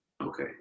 okay